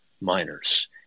miners